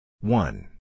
one